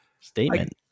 statement